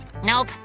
Nope